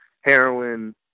heroin